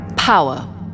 Power